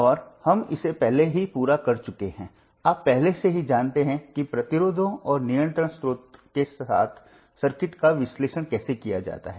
और हम इसे पहले ही पूरा कर चुके हैं आप पहले से ही जानते हैं कि प्रतिरोधों और नियंत्रण स्रोतों के साथ सर्किट का विश्लेषण कैसे किया जाता है